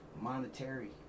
monetary